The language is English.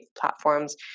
platforms